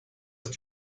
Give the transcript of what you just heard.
ist